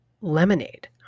lemonade